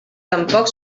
tampoc